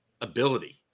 ability